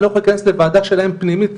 אני לא יכול להיכנס לוועדה שלהם פנימית,